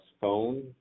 phone